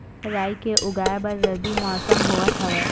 राई के उगाए बर रबी मौसम होवत हवय?